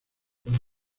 puede